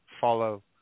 follow